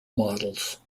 models